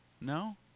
no